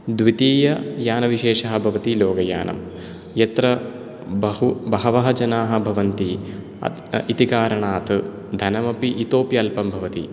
द्वितीययानविशेषः भवति लोकयानम् यत्र बहु बहवः जनाः भवन्ति अ इति कारणात् धनम् अपि इतोऽपि अल्पं भवति